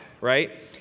right